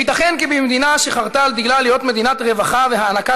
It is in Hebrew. הייתכן כי במדינה שחרתה על דגלה להיות מדינת רווחה והענקת